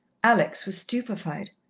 alex was stupefied.